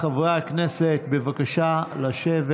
חברי הכנסת, בבקשה לשבת.